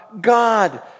God